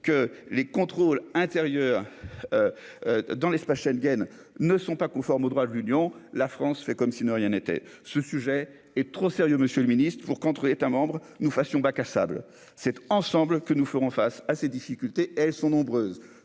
que les contrôles intérieurs dans l'espace Schengen ne sont pas conformes au droit de l'Union, la France fait comme si ne rien n'était, ce sujet est trop sérieux, Monsieur le Ministre, pour qu'entre États membres, nous fassions bac à sable, cet ensemble que nous ferons face à ces difficultés, elles sont nombreuses,